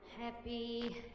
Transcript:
Happy